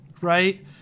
right